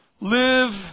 live